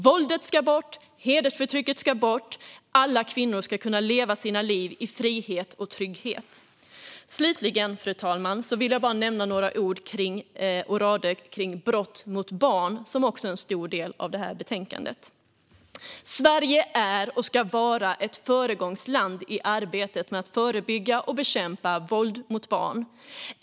Våldet ska bort, hedersförtrycket ska bort och alla kvinnor ska kunna leva sina liv i frihet och trygghet. Slutligen, fru talman, vill jag säga några ord om brott mot barn, vilket också är en stor del av betänkandet. Sverige är och ska vara ett föregångsland i arbetet med att förebygga och bekämpa våld mot barn.